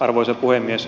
arvoisa puhemies